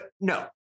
no